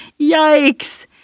Yikes